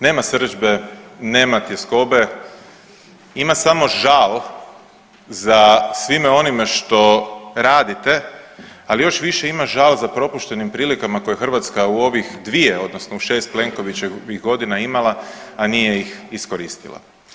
Nema srdžbe, nema tjeskobe, ima samo žao za svime onime što radite, ali još više ima žao za propuštenim prilikama koje Hrvatska u ovih 2 odnosno u 6 Plenkovićevih godina imala, a nije ih iskoristila.